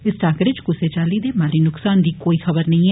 इस अमले च कुसै चाल्ली दे नुक्सान दी कोई खबर नेई ऐ